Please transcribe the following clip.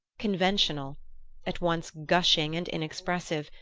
conventional at once gushing and inexpressive,